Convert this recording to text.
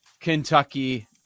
Kentucky